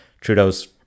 Trudeau's